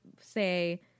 say